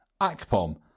Akpom